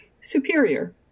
superior